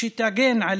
לחפש תחום עבודה אחר,